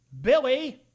Billy